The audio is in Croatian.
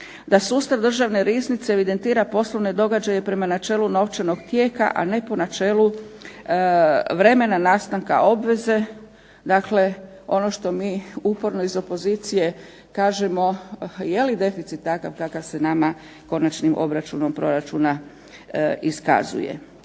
da sustav državne riznice evidentira poslovne događaje prema načelu novčanog tijeka, a ne po načelu vremena nastanka obveze, dakle ono što mi uporno iz opozicije kažemo je li deficit takav kakav se nama konačnim obračunom proračuna iskazuje.